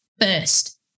first